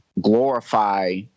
glorify